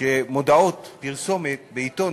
שמודעות פרסומת בעיתון,